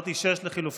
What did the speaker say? אמרתי 6 לחלופין.